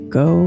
go